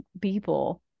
people